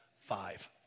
five